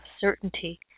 certainty